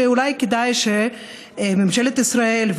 שאולי כדאי שממשלת ישראל,